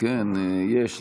כן, יש.